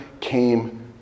came